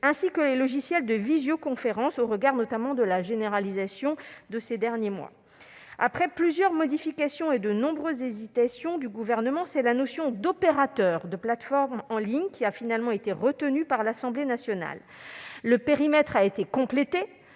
ainsi que les logiciels de visioconférence, compte tenu de la généralisation de leur usage au cours de ces derniers mois. Après plusieurs modifications et de nombreuses hésitations du Gouvernement, la notion d'« opérateurs de plateformes en ligne » a finalement été retenue par l'Assemblée nationale. Le périmètre a été complété